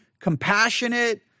compassionate